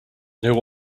know